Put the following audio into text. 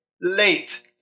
late